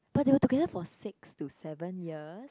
but they are together for six to seven years